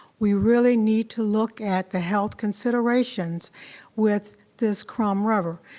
we really need to look at the health considerations with this chrome rubber.